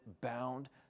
bound